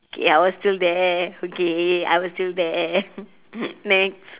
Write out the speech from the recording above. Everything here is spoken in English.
ya I was still there okay I was still there next